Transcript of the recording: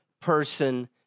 person